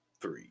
three